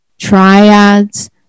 triads